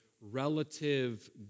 relative